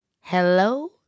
Hello